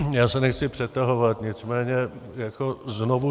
Já se nechci přetahovat, nicméně znovu.